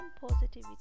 positivity